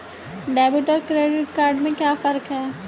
Debit और credit में क्या फर्क है?